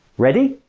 ready?